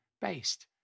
based